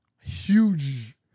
huge